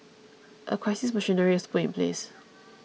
a crisis machinery was put in place